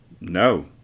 No